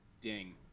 Ding